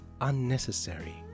unnecessary